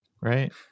right